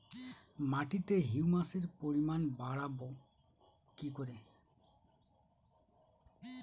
মাটিতে হিউমাসের পরিমাণ বারবো কি করে?